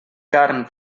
carn